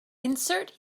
insert